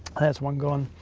that's one gone.